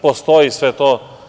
Postoji sve to.